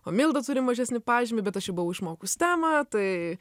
o milda turi mažesnį pažymį bet aš jau buvau išmokus temą tai